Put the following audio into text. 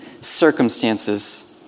circumstances